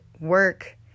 work